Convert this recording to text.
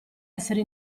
essere